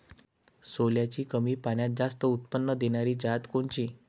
सोल्याची कमी पान्यात जास्त उत्पन्न देनारी जात कोनची?